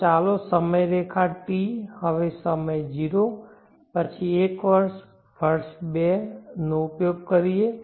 તો ચાલો સમયરેખા t હવે સમય 0 પછી એક વર્ષ વર્ષ બે નો ઉપયોગ કરીએ